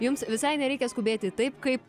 jums visai nereikia skubėti taip kaip